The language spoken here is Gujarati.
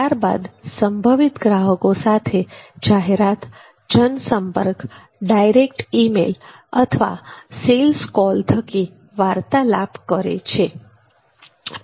ત્યારબાદ સંભવિત ગ્રાહકો સાથે જાહેરાત જનસંપર્ક ડાયરેક્ટ ઈમેઈલ અને સેલ્સ કોલ થકી વાર્તાલાપ કરે છે